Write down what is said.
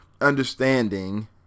understanding